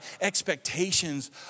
expectations